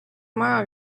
maja